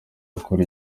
gukora